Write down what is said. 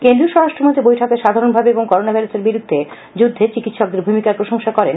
কেন্দ্রীয় স্বরাষ্ট্রমন্ত্রী বৈঠকে সাধারণভাবে এবং করোনা ভাইরাসের বিরুদ্ধে যুদ্ধে চিকিৎসকদের ভূমিকার প্রশংসা করেন